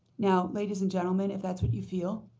now, ladies and gentlemen, if that's what you feel,